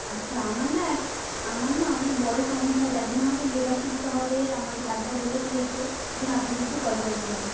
আচ্ছা আমার না আমার না অনেক বড়ো সমস্যা যার জন্য আমাকে ইয়োগা শিখতে হবে আমাকে ডাক্তার বলে দিয়ে দিয়েছে ওই জন্য আপনাকে একটু কল করেছিলাম